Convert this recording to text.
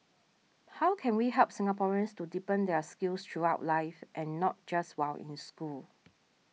how can we help Singaporeans to deepen their skills throughout life and not just while in school